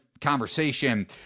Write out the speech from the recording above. Conversation